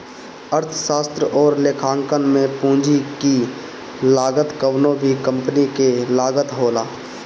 अर्थशास्त्र अउरी लेखांकन में पूंजी की लागत कवनो भी कंपनी के लागत होला